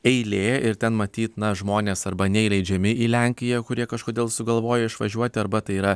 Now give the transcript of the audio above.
eilė ir ten matyt na žmonės arba neįleidžiami į lenkiją kurie kažkodėl sugalvojo išvažiuoti arba tai yra